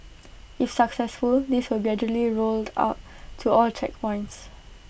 if successful this will be gradually rolled out to all checkpoints